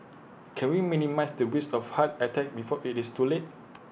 can we minimise the risk of heart attack before IT is too late